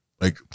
like-